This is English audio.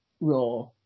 Raw